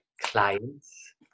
clients